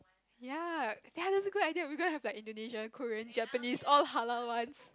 yea yea that's a good idea we gonna have Indonesia Korean Japanese all halal ones